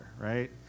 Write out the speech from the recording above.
right